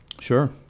Sure